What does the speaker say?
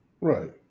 Right